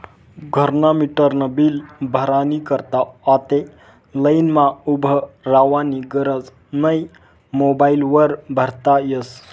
घरना मीटरनं बील भरानी करता आते लाईनमा उभं रावानी गरज नै मोबाईल वर भरता यस